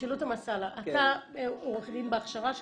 אתה עורך דין בהכשרה שלך?